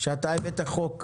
שהבאת חוק,